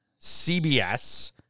CBS